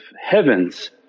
heavens